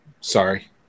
sorry